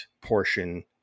portion